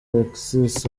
alexis